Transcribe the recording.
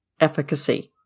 efficacy